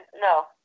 No